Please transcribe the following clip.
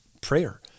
prayer